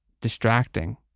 distracting